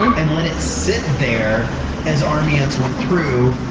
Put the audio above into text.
and let it sit there as army ants went through,